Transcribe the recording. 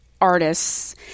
artists